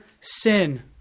sin